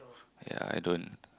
ya i don't